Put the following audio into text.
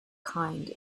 kind